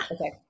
Okay